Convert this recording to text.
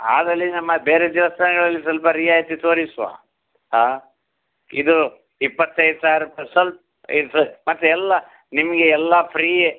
ಆಗಲಿ ನಮ್ಮ ಬೇರೆ ದೇವಸ್ಥಾನಗಳಲ್ಲಿ ಸ್ವಲ್ಪ ರಿಯಾಯಿತಿ ತೋರಿಸುವ ಹಾಂ ಇದು ಇಪ್ಪತ್ತೈದು ಸಾವಿರ ರೂಪಾಯಿ ಸ್ವಲ್ಪ ಇದು ಮತ್ತೆ ಎಲ್ಲ ನಿಮಗೆ ಎಲ್ಲ ಫ್ರೀಯೇ